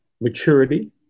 maturity